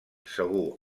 segur